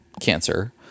cancer